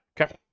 okay